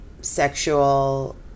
sexual